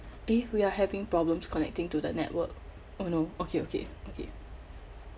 eh we are having problems connecting to the network oh no okay okay okay